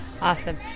awesome